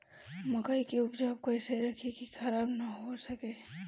मकई के उपज कइसे रखी की खराब न हो सके?